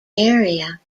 area